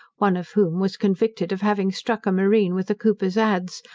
one of whom was convicted of having struck a marine with a cooper's adze,